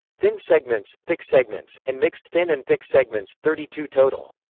thin segments, thick segments, and mixed thin and thick segments, thirty two total.